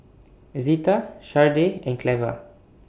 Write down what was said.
Zita Shardae and Cleva